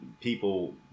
people